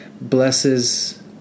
blesses